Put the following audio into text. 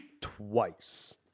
twice